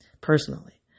personally